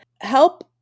Help